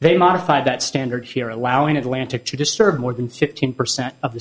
they modify that standard here allowing atlantic she disturbed more than fifteen percent of the